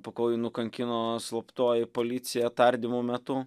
po ko jį nukankino slaptoji policija tardymo metu